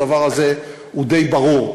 הדבר הזה הוא די ברור.